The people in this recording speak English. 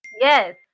Yes